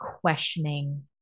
questioning